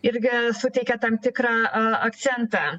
irgi suteikia tam tikrą a akcentą